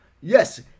Yes